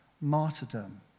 martyrdom